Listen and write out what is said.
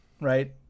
right